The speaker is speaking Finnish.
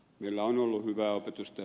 meillä on ollut hyvää opetusta